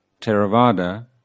Theravada